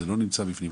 זה לא נמצא בפנים?